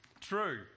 True